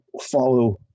follow